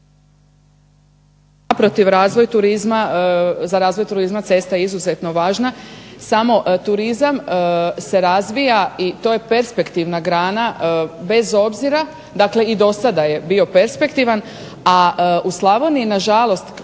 ... razvoj turizma za razvoj turizma ceste je izuzetno važna, samo turizam se razvija i to je perspektivna grana bez obzira, dakle i do sada je bio perspektivan, a u Slavoniji nažalost